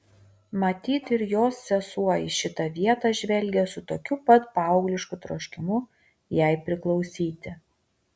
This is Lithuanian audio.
matyt ir jos sesuo į šitą vietą žvelgė su tokiu pat paauglišku troškimu jai priklausyti